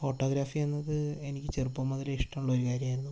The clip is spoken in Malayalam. ഫോട്ടോഗ്രാഫി എന്നത് എനിക്ക് ചെറുപ്പം മുതലേ ഇഷ്ടമുള്ളൊരു കാര്യമായിരുന്നു